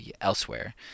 Elsewhere